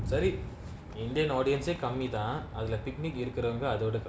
சரி:sari indian audience சே கம்மிதா அதுல:se kammithaa athula picnic இருக்குரவங்க அதோட கம்மி:irukuravanga athoda kammi